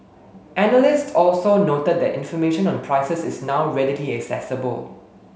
analysts also noted that information on prices is now readily accessible